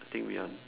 I think we are